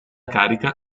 carica